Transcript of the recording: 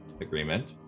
agreement